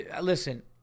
listen